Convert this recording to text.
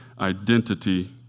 identity